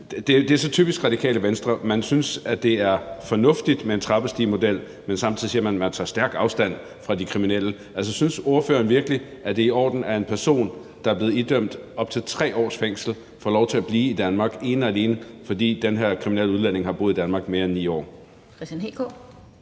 jo er så typisk Radikale Venstre. Man synes, det er fornuftigt med en trappestigemodel, men samtidig siger man, at man tager stærkt afstand fra de kriminelle. Synes ordføreren virkelig, at det er i orden, at en person, der er blevet idømt op til 3 års fængsel, får lov til at blive i Danmark, ene og alene fordi den her kriminelle udlænding har boet i Danmark i mere end 9 år? Kl. 14:10 Den fg.